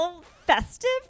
festive